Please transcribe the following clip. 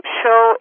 show